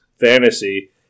fantasy